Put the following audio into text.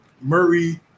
Murray